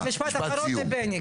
אבל משפט אחרון לבני.